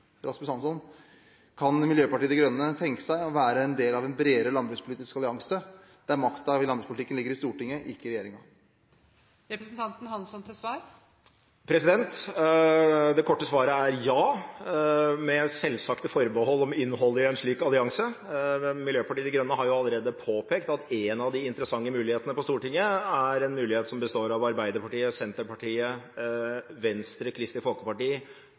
Rasmus Hansson: Kan Miljøpartiet De Grønne tenke seg å være en del av en bredere landbrukspolitisk allianse der makta i landbrukspolitikken ligger i Stortinget, ikke i regjeringen? Det korte svaret er ja, med selvsagte forbehold om innholdet i en slik allianse. Miljøpartiet De Grønne har allerede påpekt at en av de interessante mulighetene på Stortinget er en mulighet som består av Arbeiderpartiet, Senterpartiet, Venstre, Kristelig Folkeparti,